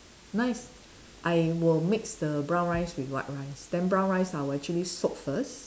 nice I will mix the brown rice with white rice then brown rice I will actually soak first